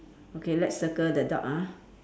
okay let's circle the dog ah